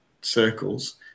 circles